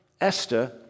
Esther